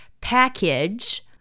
package